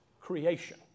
creation